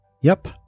Yep